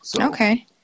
Okay